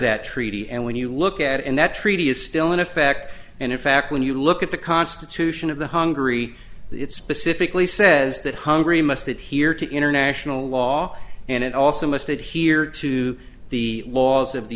that treaty and when you look at it and that treaty is still in effect and in fact when you look at the constitution of the hungary it specifically says that hungary must adhere to international law and it also missed it here to the laws of the